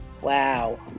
wow